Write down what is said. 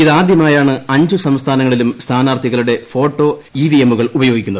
ഇതാദ്യമായാണ് അഞ്ചു സംസ്ഥാനങ്ങളിലും സ്ഥാന്റാർത്ഥികളുടെ ഫോട്ടോ ഇവിഎമ്മുകൾ ഉപയോഗിക്കുന്നത്